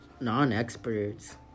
Non-Experts